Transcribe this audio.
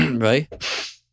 Right